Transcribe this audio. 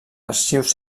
arxius